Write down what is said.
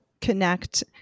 connect